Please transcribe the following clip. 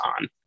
on